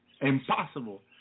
Impossible